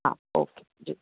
हा ओके जी